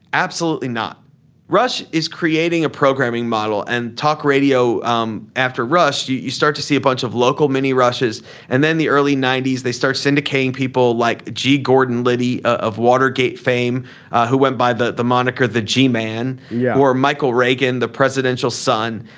absolutely not rush is creating a programming model and talk radio um after rush you you start to see a bunch of local mini rushes and then the early ninety s they start syndicating people like g gordon liddy of watergate fame who went by the the moniker the g man yeah or michael reagan the presidential son.